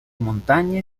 montagne